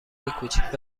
کوچیک